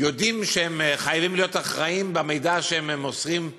יודעים שהם חייבים להיות אחראים במידע שהם מוסרים.